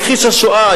מכחיש השואה,